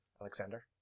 Alexander